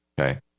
okay